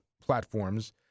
platforms